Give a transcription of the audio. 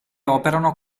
operano